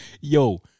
yo